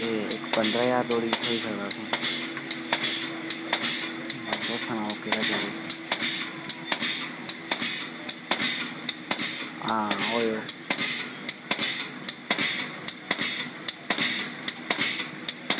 ते इक पंदरां ज्हार धोड़ी बी थ्होई सकदा तुसेंई तुस सनाओ केह्ड़ा चाहिदा हां ओयो